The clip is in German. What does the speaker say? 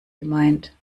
gemeint